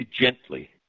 gently